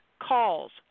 calls